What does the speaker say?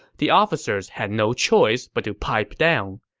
the officers had no choice but to pipe down,